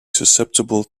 susceptible